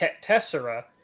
tessera